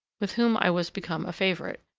with whom i was become a favourite,